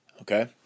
okay